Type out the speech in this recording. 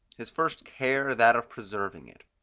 his first care that of preserving it.